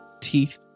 teeth